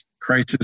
crisis